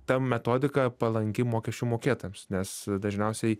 ta metodika palanki mokesčių mokėtojams nes dažniausiai